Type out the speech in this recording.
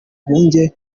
rwunge